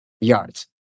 yards